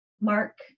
Mark